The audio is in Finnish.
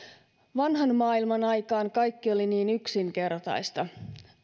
vanhan maailman aikaan kaikki oli niin yksinkertaista